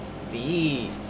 See